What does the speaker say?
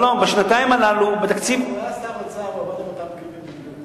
כשהוא היה שר אוצר הוא עבד עם אותם כלים בדיוק.